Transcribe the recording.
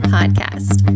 Podcast